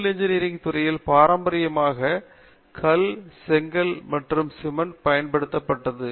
civil engineering துறையில் பாரம்பரியமாக கல் செங்கல் மற்றும் சிமெண்ட் பயன்படுத்தப்பட்டது